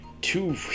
Two